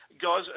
Guys